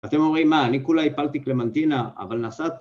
‫ואתם אומרים, מה, אני כולה ‫הפלתי קלמנטינה, אבל נסעת...